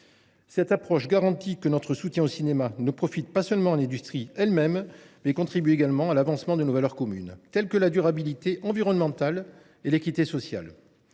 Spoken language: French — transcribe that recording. telle approche garantit que notre soutien au cinéma ne se contente pas de profiter à l’industrie elle même, mais contribue également à l’avancement de nos valeurs communes, que sont la durabilité environnementale et l’équité sociale.